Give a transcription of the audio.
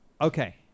Okay